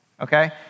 okay